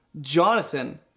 jonathan